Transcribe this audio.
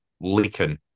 leaking